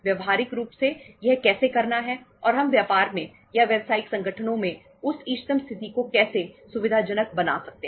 व्यावहारिक रूप से यह कैसे करना है और हम व्यापार में या व्यावसायिक संगठनों में उस इष्टतम स्थिति को कैसे सुविधाजनक बना सकते हैं